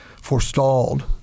forestalled